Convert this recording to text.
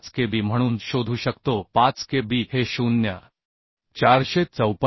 5Kb म्हणून शोधू शकतो 5 K b हे 0